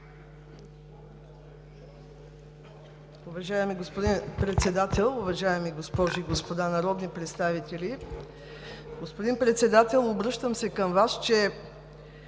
Уважаеми господин Председател, уважаеми госпожи и господа народни представители! Господин Председател, обръщам се към Вас,